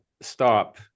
stop